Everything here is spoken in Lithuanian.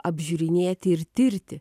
apžiūrinėti ir tirti